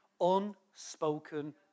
unspoken